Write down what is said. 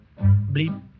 bleep